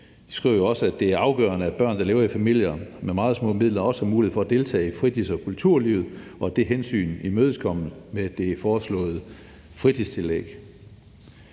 De skriver også, at det er afgørende, at børn, der lever i familier med meget små midler, også har mulighed for at deltage i fritids- og kulturlivet, og at det hensyn imødekommes med det foreslåede fritidstillæg.